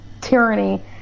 tyranny